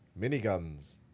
miniguns